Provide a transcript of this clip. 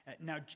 Now